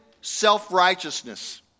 self-righteousness